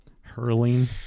Hurling